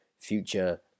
future